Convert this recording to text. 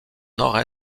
nord